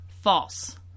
false